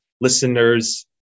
listeners